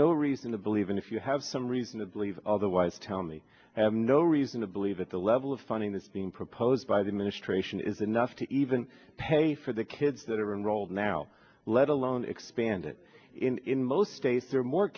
no reason to believe if you have some reason to believe otherwise tell me have no reason to believe that the level of funding that's being proposed by the administration is enough to even pay for the kids that are enrolled now let alone expand it in most states are